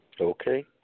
Okay